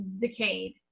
decayed